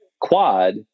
quad